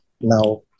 now